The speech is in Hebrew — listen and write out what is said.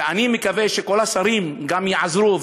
ואני מקווה שכל השרים גם יעזרו,